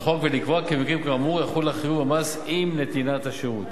לחוק ולקבוע כי במקרים כאמור יחול החיוב במס עם נתינת השירות.